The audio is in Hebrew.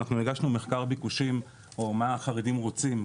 אנחנו הגשנו מחקר ביקושים או מה החרדים רוצים,